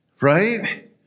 right